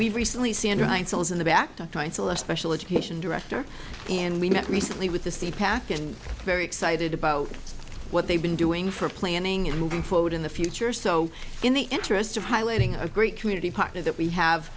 we've recently sandra insoles in the back to try and sell a special education director and we met recently with the state pac and very excited about what they've been doing for planning and moving forward in the future so in the interest of highlighting a great community partner that we have